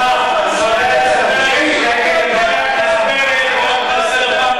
אתה תפסיק להסית,